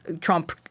Trump